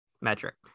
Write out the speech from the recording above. Metric